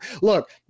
look